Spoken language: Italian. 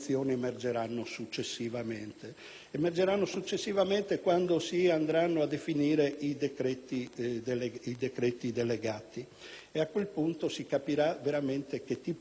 emergeranno successivamente quando si andranno a definire i decreti delegati. A quel punto si capirà veramente che tipo di partita si giocherà.